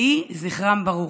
יהי זכרם ברוך.